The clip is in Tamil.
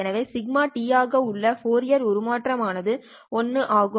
எனவே δτ ஆக உள்ள ஃபோரியர் உருமாற்றம் ஆனது 1 ஆகும்